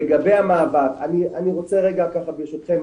לגבי המעבר, אני רוצה רגע ככה ברשותכם